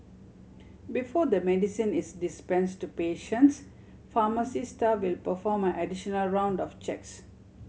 before the medicine is dispense to patients pharmacy staff will perform an additional round of checks